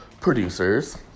producers